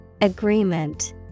Agreement